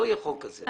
לא יהיה חוק כזה.